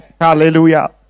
Hallelujah